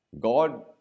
God